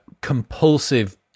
compulsive